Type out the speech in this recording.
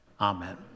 Amen